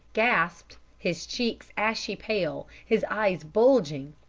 gasped, his cheeks ashy pale, his eyes bulging,